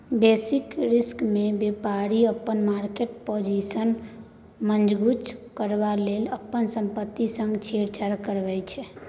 basis रिस्कमे बेपारी अपन मार्केट पाजिशन मजगुत करबाक लेल अपन संपत्ति संग छेड़छाड़ करै छै